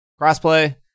Crossplay